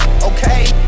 Okay